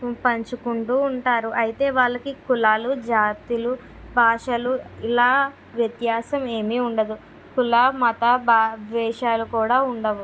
పంచుకుంటూ ఉంటారు అయితే వాళ్ళకి కులాలు జాతులు భాషలు ఇలా వ్యత్యాసం ఏమీ ఉండదు కులా మత బా ద్వేషాలు కూడా ఉండవు